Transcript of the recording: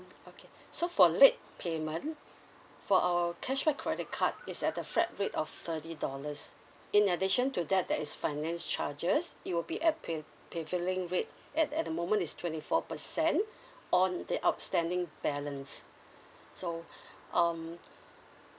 mm okay so for late payment for our cashback credit card it's at the flat rate of thirty dollars in addition to that there is finance charges it will be at pre~ prevailing rate at at the moment is twenty four percent on the outstanding balance so um